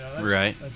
Right